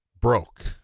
broke